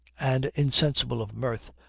and insensible of mirth,